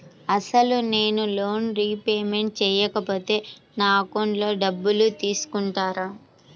అసలు నేనూ loan repayment చేయకపోతే నా అకౌంట్లో డబ్బులు తీసుకుంటారా?